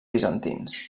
bizantins